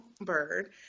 bird